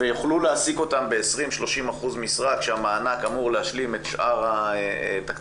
ויוכלו להעסיק אותם ב-30%-20% משרה כשהמענק אמור להשלים את שאר התקציב